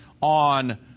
on